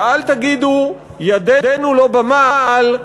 ואל תגידו: ידנו לא במעל,